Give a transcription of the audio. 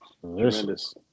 Tremendous